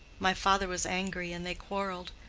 my father was angry, and they quarreled.